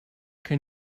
can